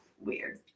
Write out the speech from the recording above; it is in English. Weird